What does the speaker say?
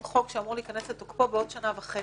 חוק שאמור להיכנס לתוקפו בעוד שנה וחצי.